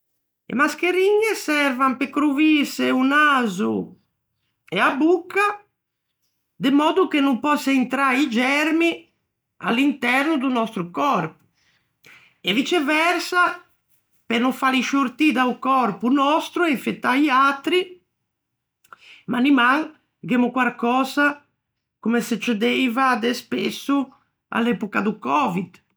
E mascheriñe servan pe crovîse o naso e a bocca de mòddo che no pòsse intrâ i germi à l'interno do nòstro còrpo e vicecersa, pe no fâli sciortî da-o còrpo nòstro e infettâ i atri, maniman gh'emmo quarcösa comme succedeiva de spesso à l'epoca do còvid.